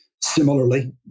Similarly